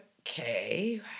okay